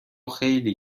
خیلی